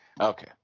Okay